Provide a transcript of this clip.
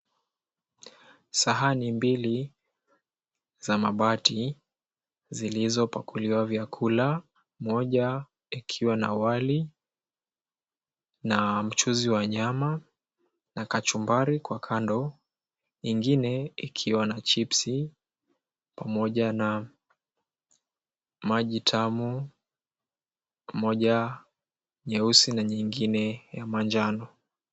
Sahani mbili za mabati zilizopakuliwa vyakula, moja ikiwa na wali na mchuzi wa nyama, na kachumbari kwa kando, ingine ikiwa na chipsi pamoja na maji tamu, moja nyeusi na nyingine ya manjano.